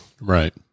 Right